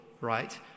right